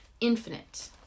infinite